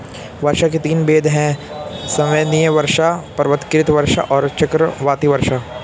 वर्षा के तीन भेद हैं संवहनीय वर्षा, पर्वतकृत वर्षा और चक्रवाती वर्षा